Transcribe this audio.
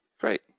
Great